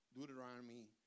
Deuteronomy